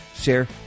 share